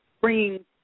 bringing